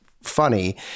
funny